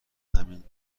همین